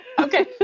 Okay